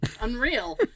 unreal